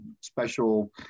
special